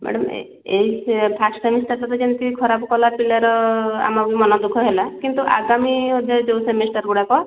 madam ଏ ଏଇ ସେ ଫାଷ୍ଟ୍ ସେମିଷ୍ଟାର୍ ପିଲା ଯେମିତି ଖରାପ କଲା ପିଲାର ଆମର ମନଦୁଃଖ ହେଲା କିନ୍ତୁ ଆଗାମୀ ସେ ଯୋଉ ସେମିଷ୍ଟାର୍ଗୁଡ଼ାକ